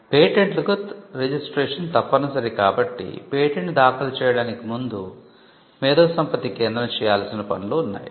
పేటెంట్లకు registration తప్పనిసరి కాబట్టి patent దాఖలు చేయడానికి ముందు మేధోసంపత్తి కేంద్రo చేయాల్సిన పనులు ఉన్నాయి